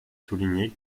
souligné